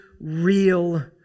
real